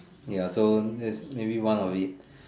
ya so just maybe one of it